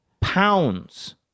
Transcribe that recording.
pounds